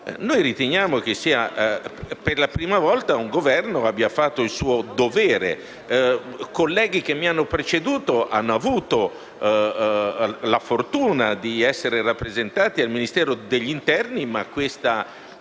fa ritenere che, per la prima volta, un Governo abbia fatto il suo dovere. I colleghi che mi hanno preceduto hanno avuto la fortuna di essere rappresentati al Ministero dell'interno, ma interventi